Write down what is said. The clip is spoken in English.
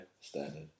standard